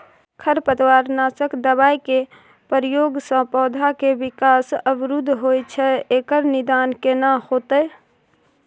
खरपतवार नासक दबाय के प्रयोग स पौधा के विकास अवरुध होय छैय एकर निदान केना होतय?